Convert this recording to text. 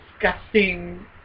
disgusting